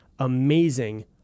amazing